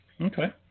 Okay